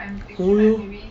oh